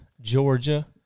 Georgia